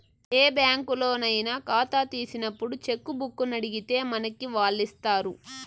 ఏ బ్యాంకులోనయినా కాతా తీసినప్పుడు చెక్కుబుక్కునడిగితే మనకి వాల్లిస్తారు